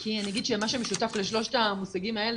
כי אני אגיד שמה שמשותף לשלושת המושגים האלה,